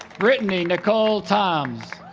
brittany nicole toms